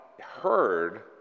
heard